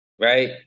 right